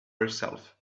herself